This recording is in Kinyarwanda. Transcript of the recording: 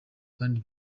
kandi